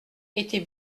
était